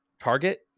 Target